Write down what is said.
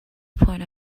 point